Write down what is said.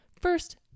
First